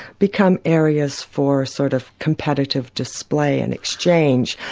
become areas for sort of competitive display and exchange.